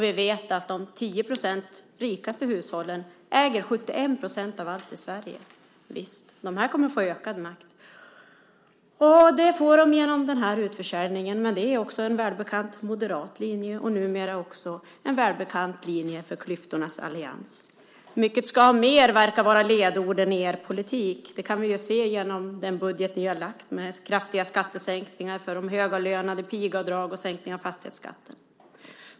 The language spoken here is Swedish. Vi vet att de 10 % rikaste hushållen äger 71 % av allt i Sverige. De här kommer att få ökad makt. Det får de genom den här utförsäljningen. Det är en välbekant moderat linje och numera också en välbekant linje för klyftornas allians. Mycket ska ha mer, verkar vara ledorden i er politik. Det kan vi se i den budget ni har lagt fram med kraftiga skattesänkningar för de högavlönade, pigavdrag och sänkning av fastighetsskatten.